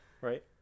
right